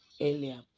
earlier